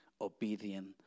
obedient